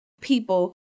people